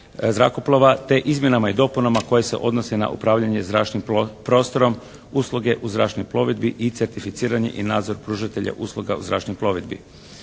te izmjenama i dopunama koje se odnose na usluge o zračnoj plovidbi i certificiranje i nadzor pružitelja usluga u zračnoj plovidbi.